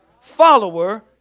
follower